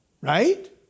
Right